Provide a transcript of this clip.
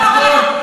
נו באמת.